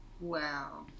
Wow